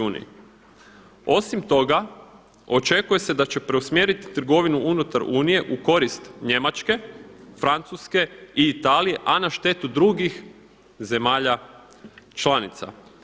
Osim toga, očekuje se da će preusmjeriti trgovinu unutar Unije u korist Njemačke, Francuske i Italije, a na štetu drugih zemalja članica.